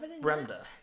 Brenda